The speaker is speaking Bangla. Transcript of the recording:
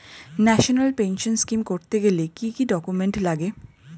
ন্যাশনাল পেনশন স্কিম করতে গেলে কি কি ডকুমেন্ট লাগে?